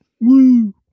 Woo